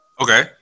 Okay